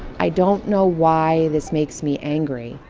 i don't know why this makes me angry.